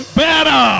better